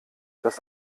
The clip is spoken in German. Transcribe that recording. das